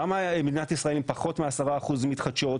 למה מדינת ישראל עם פחות מ-10% מתחדשות?